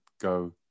go